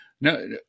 no